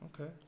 Okay